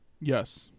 Yes